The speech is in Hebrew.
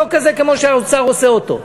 לא כזה כמו שהאוצר עושה אותו.